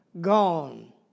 gone